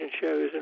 shows